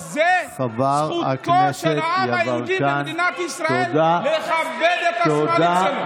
וזו זכותו של העם היהודי במדינת ישראל לכבד את הספרים שלו.